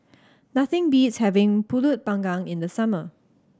nothing beats having Pulut Panggang in the summer